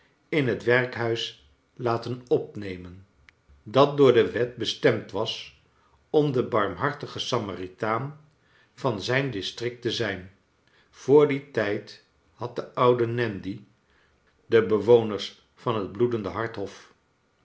in het werkhuis laten opnemen dat door de wet bestemd was om de baiinhartige samaritaan van zijn district te zijn voor dien tijd had de oude nandy de bewoners van het bloedendehart hof